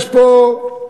יש פה,